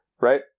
right